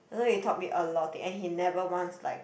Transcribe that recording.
I know he taught me a lot of thing and he never once like